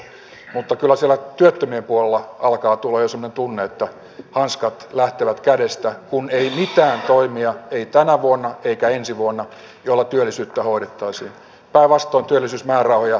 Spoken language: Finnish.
mutta kyllä siellä työttömien puolella alkaa tulla jo semmoinen tunne että hanskat lähtevät kädestä kun ei ole mitään toimia ei tänä vuonna eikä ensi vuonna joilla työllisyyttä hoidettaisiin päinvastoin työllisyysmäärärahoja te leikkaatte